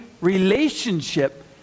relationship